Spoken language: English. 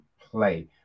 play